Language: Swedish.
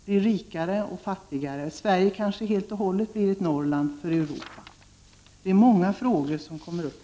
Eller kommer hela Sverige rent av att bli ett Norrland? Det är många frågor som reser sig.